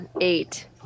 eight